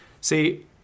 See